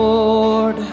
Lord